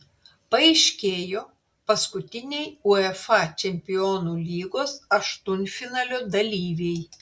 paaiškėjo paskutiniai uefa čempionų lygos aštuntfinalio dalyviai